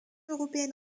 européenne